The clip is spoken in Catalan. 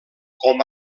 com